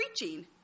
preaching